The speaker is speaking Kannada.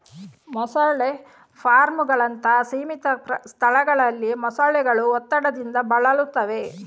ಮೊಸಳೆ ಫಾರ್ಮುಗಳಂತಹ ಸೀಮಿತ ಸ್ಥಳಗಳಲ್ಲಿ ಮೊಸಳೆಗಳು ಒತ್ತಡದಿಂದ ಬಳಲುತ್ತವೆ